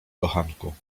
kochanku